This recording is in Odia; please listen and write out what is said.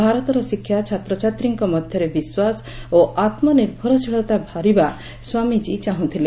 ଭାରତର ଶିକ୍ଷା ଛାତ୍ରଛାତ୍ରୀଙ୍କ ମଧ୍ୟରେ ବିଶ୍ୱାସ ଓ ଆତ୍କନିର୍ଭରଶୀଳତା ଭରିବା ସ୍ୱାମୀଜୀ ଚାହୁଁଥିଲେ